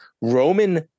Roman